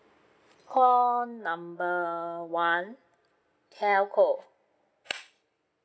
call number one telco